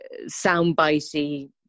soundbitey